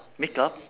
makeup